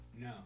No